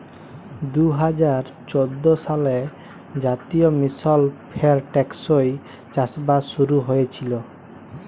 দু হাজার চোদ্দ সালে জাতীয় মিশল ফর টেকসই চাষবাস শুরু হঁইয়েছিল